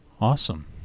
Awesome